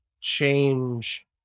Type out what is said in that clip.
change